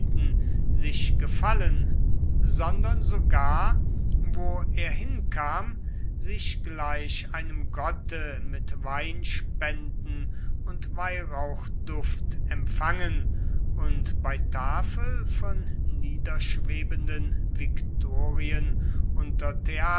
sich gefallen sondern sogar wo er hinkam sich gleich einem gotte mit weinspenden und weihrauchduft empfangen und bei tafel von niederschwebenden viktorien unter